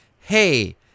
hey